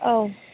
औ